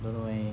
don't know eh